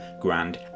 Grand